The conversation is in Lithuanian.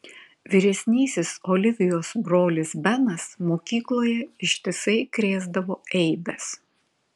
vyresnysis olivijos brolis benas mokykloje ištisai krėsdavo eibes